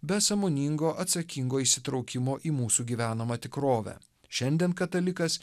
be sąmoningo atsakingo įsitraukimo į mūsų gyvenamą tikrovę šiandien katalikas